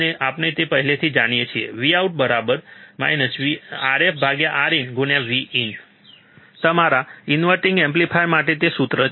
અને આપણે તે પહેલાથી જાણીએ છીએ Vout RfRin Vin તમારા ઇન્વર્ટીંગ એમ્પ્લીફાયર માટે તે સૂત્ર છે